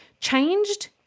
changed